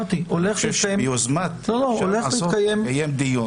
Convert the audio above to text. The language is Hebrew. דיון ביוזמת הוועדה?